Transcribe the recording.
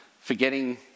forgetting